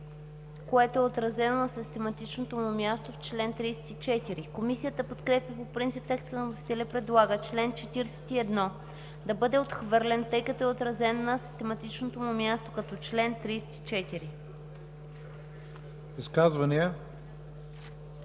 Комисията подкрепя по принцип текста на вносителя и предлага чл. 41 да бъде отхвърлен, тъй като е отразен на систематичното му място като чл. 34. ПРЕДСЕДАТЕЛ